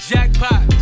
Jackpot